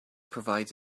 provides